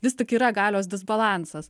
vis tik yra galios disbalansas